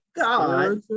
God